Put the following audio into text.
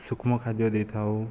ସୂକ୍ଷ୍ମ ଖାଦ୍ୟ ଦେଇଥାଉ